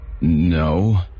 No